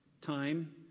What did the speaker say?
time